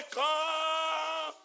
come